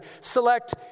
select